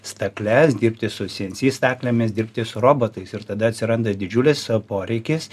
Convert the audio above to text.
stakles dirbti su cnc staklėmis dirbti su robotais ir tada atsiranda didžiulis poreikis